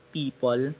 people